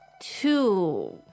two